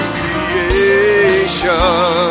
creation